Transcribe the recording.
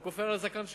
הוא כופר על הזקן שלו.